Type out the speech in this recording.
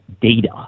data